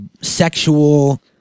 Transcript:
sexual